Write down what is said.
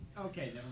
Okay